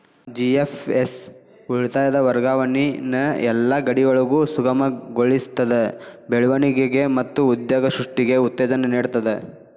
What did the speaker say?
GFS ಉಳಿತಾಯದ್ ವರ್ಗಾವಣಿನ ಯೆಲ್ಲಾ ಗಡಿಯೊಳಗು ಸುಗಮಗೊಳಿಸ್ತದ, ಬೆಳವಣಿಗೆ ಮತ್ತ ಉದ್ಯೋಗ ಸೃಷ್ಟಿಗೆ ಉತ್ತೇಜನ ನೇಡ್ತದ